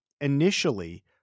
initially